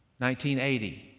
1980